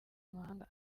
mahanga